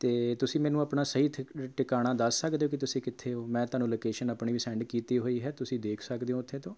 ਅਤੇ ਤੁਸੀਂ ਮੈਨੂੰ ਆਪਣਾ ਸਹੀ ਠਿ ਟਿਕਾਣਾ ਦੱਸ ਸਕਦੇ ਹੋ ਕਿ ਤੁਸੀਂ ਕਿੱਥੇ ਹੋ ਮੈਂ ਤੁਹਾਨੂੰ ਲੋਕੇਸ਼ਨ ਆਪਣੀ ਵੀ ਸੈਂਡ ਕੀਤੀ ਹੋਈ ਹੈ ਤੁਸੀਂ ਦੇਖ ਸਕਦੇ ਹੋ ਉੱਥੇ ਤੋਂ